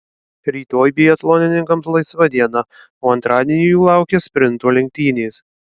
rytoj biatlonininkams laisva diena o antradienį jų laukia sprinto lenktynės